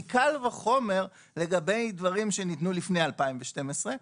מקל וחומר לגבי דברים שניתנו לפני 2012,